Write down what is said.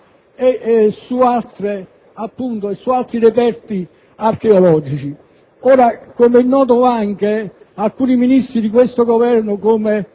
e su altri reperti archeologici. Com'è noto, anche altri Ministri di questo Governo, come